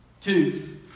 Two